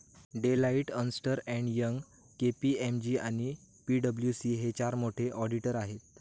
Deloitte, अस्न्टर and Young, KPMG आणि पी.डब्ल्यू.सी हे चार मोठे ऑडिटर आहेत